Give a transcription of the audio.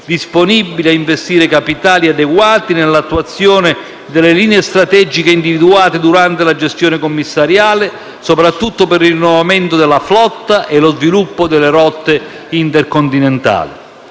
disponibili a investire capitali adeguati nell'attuazione delle linee strategiche individuate durante la gestione commissariale, soprattutto per il rinnovamento della flotta e lo sviluppo delle rotte intercontinentali.